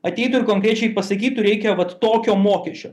ateitų ir konkrečiai pasakytų reikia vat tokio mokesčio